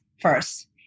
first